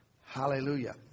Hallelujah